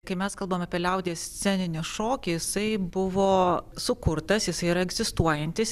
kai mes kalbam apie liaudies sceninį šokį jisai buvo sukurtas jisai yra egzistuojantis